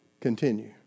continue